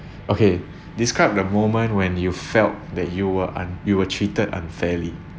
okay describe the moment when you felt that you were un~ you were treated unfairly